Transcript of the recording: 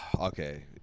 Okay